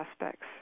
aspects